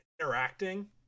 interacting